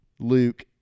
Luke